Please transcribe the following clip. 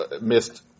missed